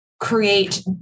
create